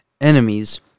enemies